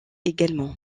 également